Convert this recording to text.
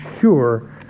sure